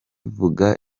vuga